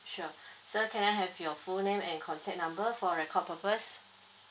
sure sir can I have your full name and contact number for record purpose